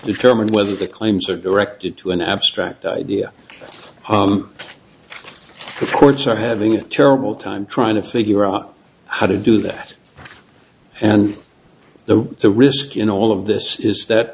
determining whether the claims are directed to an abstract idea of courts or having a terrible time trying to figure out how to do that and the risk in all of this is that